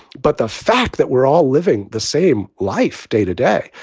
but the fact that we're all living the same life day to day,